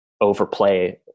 overplay